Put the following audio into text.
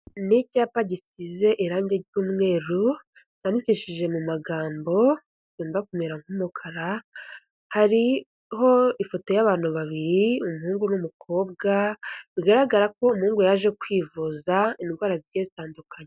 Ni icyapa gisize irangi ry'umweru cyandicishije mu magambo yenda kumera nk'umukara, hariho ifoto y'abantu babiri umuhungu n'umukobwa, bigaragara ko umuhungu yaje kwivuza indwara zigiye zitandukanye.